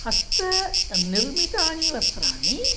हस्तनिर्मितानि वस्त्राणि